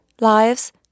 lives